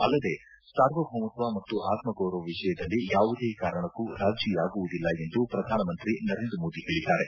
ಅಲ್ಲದೆ ಸಾರ್ವಭೌಮತ್ವ ಮತ್ತು ಆತ್ಮ ಗೌರವ ವಿಷಯದಲ್ಲಿ ಯಾವುದೇ ಕಾರಣಕ್ಕೂ ರಾಜಿಯಾಗುವುದಿಲ್ಲ ಎಂದು ಪ್ರಧಾನಮಂತ್ರಿ ನರೇಂದ್ರ ಮೋದಿ ಹೇಳಿದ್ದಾರೆ